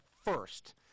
first